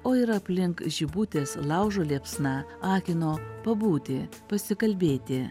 o ir aplink žibutės laužo liepsna akino pabūti pasikalbėti